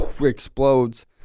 explodes